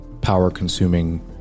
power-consuming